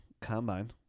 combine